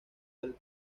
del